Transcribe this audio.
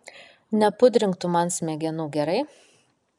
nepudrink tu man smegenų gerai